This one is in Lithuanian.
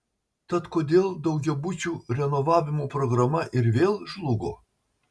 tad kodėl daugiabučių renovavimo programa ir vėl žlugo